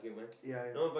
ya